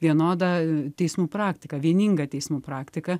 vienodą teismų praktiką vieningą teismų praktiką